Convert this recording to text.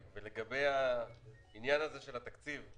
לגבי עניין התקציב,